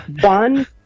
one